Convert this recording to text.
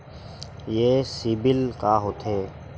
ये सीबिल का होथे?